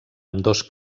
ambdós